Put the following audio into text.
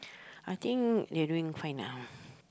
I think they're doing fine now